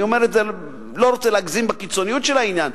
אני לא רוצה להגזים בקיצוניות של העניין,